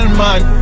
man